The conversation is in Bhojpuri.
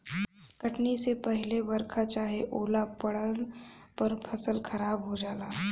कटनी से पहिले बरखा चाहे ओला पड़ला पर फसल खराब हो जाला